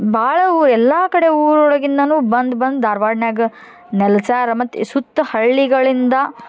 ಭಾಳ ಊ ಎಲ್ಲಾಕಡೆ ಊರು ಒಳಗಿಂದನು ಬಂದು ಬಂದು ಧಾರ್ವಾಡ್ನ್ಯಾಗ ನೆಲ್ಸಾರ ಮತ್ತು ಸುತ್ತ ಹಳ್ಳಿಗಳಿಂದ